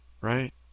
Right